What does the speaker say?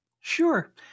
Sure